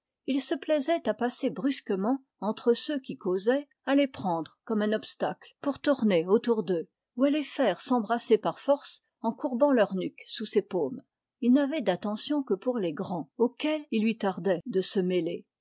il se plaisait à passer brusquement entre ceux qui causaient à les prendre comme un obstacle pour tourner autour d'eux ou à les faire s'embrasser par force en courbant leur nuque sous ses paumes il n'avait d'attention que pour les grands auxquels il lui tardait de se mêler